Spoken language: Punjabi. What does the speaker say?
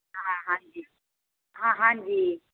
ਹਾਂ ਹਾਂਜੀ ਹਾਂ ਹਾਂਜੀ